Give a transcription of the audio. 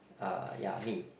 uh ya me